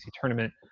tournament